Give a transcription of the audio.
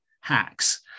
hacks